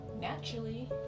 naturally